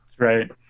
right